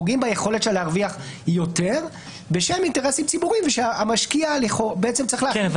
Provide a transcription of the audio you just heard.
פוגעים ביכולת של להרוויח יותר בשל אינטרסים ציבוריים --- יכול להיות